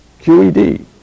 QED